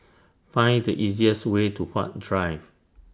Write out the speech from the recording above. Find The easiest Way to Huat Drive